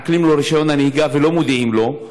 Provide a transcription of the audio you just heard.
מעקלים לו את רישיון הנהיגה ולא מודיעים לו.